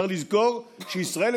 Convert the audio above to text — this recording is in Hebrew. צריך לזכור שישראל,